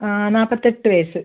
ആഹ് നാൽപ്പത്തെട്ട് വയസ്സ്